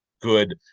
good